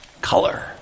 color